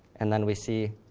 and then we see